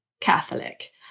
Catholic